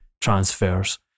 transfers